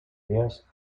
years